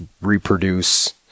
reproduce